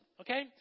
Okay